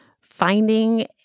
finding